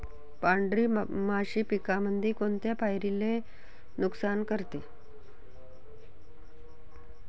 पांढरी माशी पिकामंदी कोनत्या पायरीले नुकसान करते?